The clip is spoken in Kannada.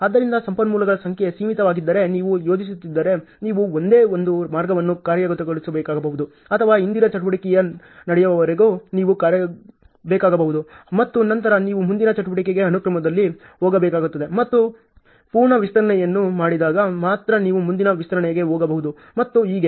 ಆದ್ದರಿಂದ ಸಂಪನ್ಮೂಲಗಳ ಸಂಖ್ಯೆ ಸೀಮಿತವಾಗಿದ್ದರೆ ನೀವು ಯೋಜಿಸುತ್ತಿದ್ದರೆ ನೀವು ಒಂದೇ ಒಂದು ಮಾರ್ಗವನ್ನು ಕಾರ್ಯಗತಗೊಳಿಸಬೇಕಾಗಬಹುದು ಅಥವಾ ಹಿಂದಿನ ಚಟುವಟಿಕೆ ನಡೆಯುವವರೆಗೆ ನೀವು ಕಾಯಬೇಕಾಗಬಹುದು ಮತ್ತು ನಂತರ ನೀವು ಮುಂದಿನ ಚಟುವಟಿಕೆಗೆ ಅನುಕ್ರಮದಲ್ಲಿ ಹೋಗಬೇಕಾಗುತ್ತದೆ ಮತ್ತು ಪೂರ್ಣ ವಿಸ್ತರಣೆಯನ್ನು ಮಾಡಿದಾಗ ಮಾತ್ರ ನೀವು ಮುಂದಿನ ವಿಸ್ತರಣೆಗೆ ಹೋಗಬಹುದು ಮತ್ತು ಹೀಗೆ